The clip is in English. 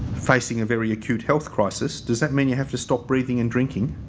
facing a very acute health crisis does that mean you have to stop breathing and drinking?